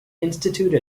institute